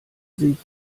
sich